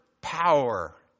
power